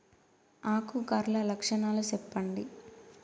ఆకు కర్ల లక్షణాలు సెప్పండి